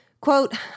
Quote